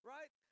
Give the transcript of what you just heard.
Right